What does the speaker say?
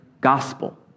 gospel